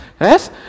Yes